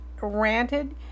ranted